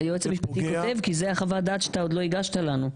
היועץ המשפטי, זאת חוות דעת שאתה עוד לא הגשת לנו.